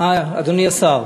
אדוני השר.